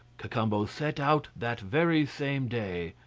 cacambo set out that very same day.